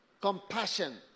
compassion